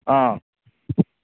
ꯑꯥ